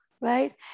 right